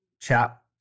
chat